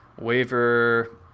waiver